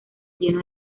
lleno